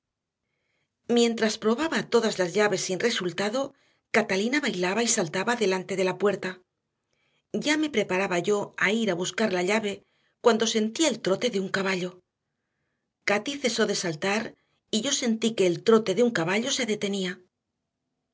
mientras probaba todas las llaves sin resultado catalina bailaba y saltaba delante de la puerta ya me preparaba yo a ir a buscar la llave cuando sentí el trote de un caballo cati cesó de saltar y yo sentí que el trote de un caballo se detenía